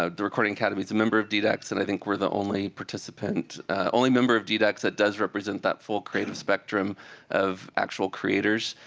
ah the recording academy is a member of ddex, and i think we're the only participant only member of ddex that does represent that full creative spectrum of actual creators.